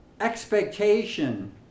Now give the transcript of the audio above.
expectation